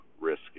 risky